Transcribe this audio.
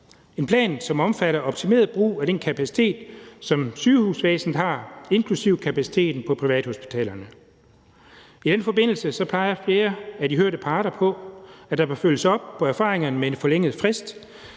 en plan, som omfatter optimeret brug af den kapacitet, som sygehusvæsenet har, inklusive kapaciteten på privathospitalerne. I den forbindelse peger flere af de hørte parter på, at der bør følges op på erfaringerne med en forlænget frist.